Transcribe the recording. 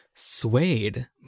suede